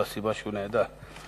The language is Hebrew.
זו הסיבה שהוא נעדר.